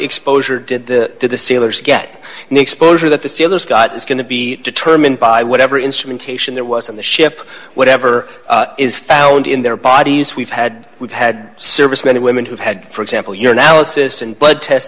exposure did the did the sailors get and the exposure that the sailors got is going to be determined by whatever instrumentation there was on the ship whatever is found in their bodies we've had we've had servicemen and women who've had for example your analysis and blood tests